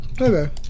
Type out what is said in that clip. Okay